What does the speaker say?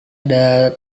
ada